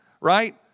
right